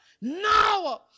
Now